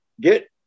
get